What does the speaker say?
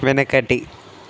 వెనకటి